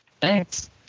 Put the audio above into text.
Thanks